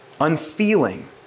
unfeeling